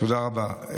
תודה רבה.